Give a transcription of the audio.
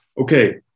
Okay